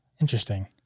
Interesting